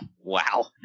Wow